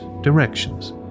directions